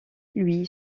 lui